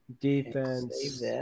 Defense